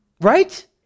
right